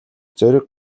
зориг